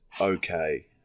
okay